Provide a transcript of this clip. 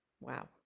Wow